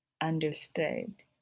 understood